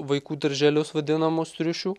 vaikų darželius vadinamus triušių